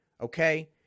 Okay